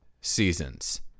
seasons